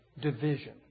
division